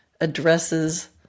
addresses